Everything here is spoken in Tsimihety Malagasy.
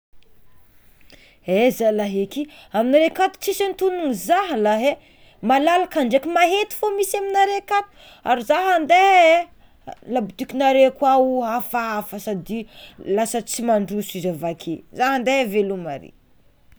He zalah eky aminareo akato tsisy antonony zah lah e malalaka ndraiky maety fô misy aminareo akato arty zah ande labotikinareo koa o hafahafa sady lasa tsy mandroso izy avake. Zah ande, veloma are!